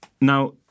Now